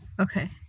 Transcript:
Okay